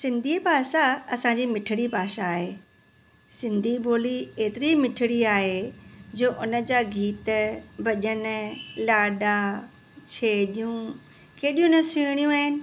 सिंधी भाषा असांजी मिठिड़ी भाषा आहे सिंधी ॿोली एतिरी मिठड़ी आहे जो उन जा गीत भॼन लाॾा छेॼियूं केॾियूं न सुहिणियूं आहिनि